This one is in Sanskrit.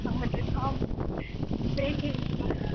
वाटिट् मां ब्रेकिङ्ग्